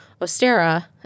Ostera